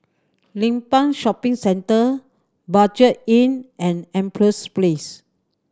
Limbang Shopping Centre Budget Inn and Empress Place